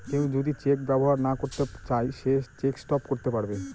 কেউ যদি চেক ব্যবহার না করতে চাই সে চেক স্টপ করতে পারবে